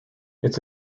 its